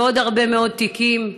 ועוד הרבה מאוד תיקים.